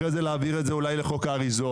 אחרי זה להעביר את זה אולי לחוק האריזות,